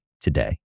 today